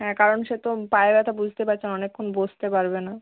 হ্যাঁ কারণ সে তো পায়ে ব্যথা বুঝতে পারছেন অনেকক্ষণ বসতে পারবে না